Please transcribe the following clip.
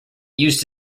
used